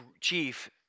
chief